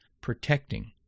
protecting